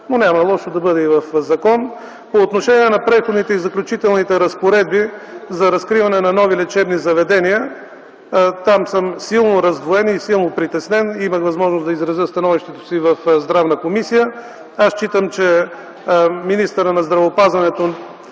но няма лошо да бъде и в закон. По отношение на Преходните и заключителните разпоредби за разкриване на нови лечебни заведения, там съм силно раздвоен и силно притеснен. Имах възможност да изразя становището си и в Здравната комисия. Аз считам, че министърът на здравеопазването